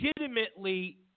legitimately